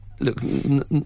look